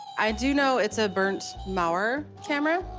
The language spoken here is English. i do know it's a berndt-maurer camera.